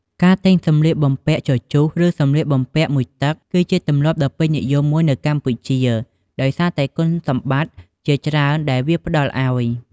ការទិញសម្លៀកបំពាក់ជជុះ ឬ សម្លៀកបំពាក់មួយទឹក គឺជាទម្លាប់ដ៏ពេញនិយមមួយនៅកម្ពុជា ដោយសារតែគុណសម្បត្តិជាច្រើនដែលវាផ្ដល់អោយ។